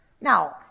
Now